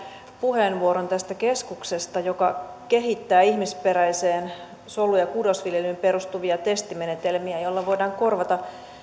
puheenvuoron tästä keskuksesta joka kehittää ihmisperäiseen solu ja kudosviljelyyn perustuvia testimenetelmiä joilla voidaan korvata